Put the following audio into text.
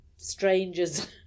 strangers